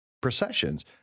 processions